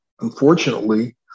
Unfortunately